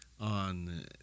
on